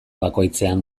bakoitzean